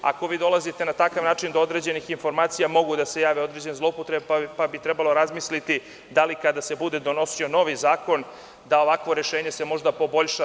Ako vi na takav način dolazite do određenih informacija, mogu da se jave određene zloupotrebe, pa bi trebalo razmisliti, da li kada se bude donosio novi zakon da ovakvo rešenje se možda poboljša.